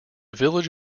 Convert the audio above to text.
village